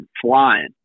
flying